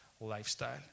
lifestyle